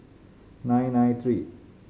nine nine three